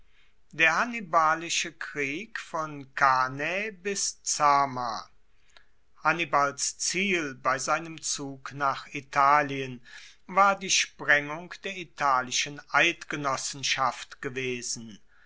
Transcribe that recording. der hannibalische krieg von cannae bis zama hannibals ziel bei seinem zug nach italien war die sprengung der italischen eidgenossenschaft gewesen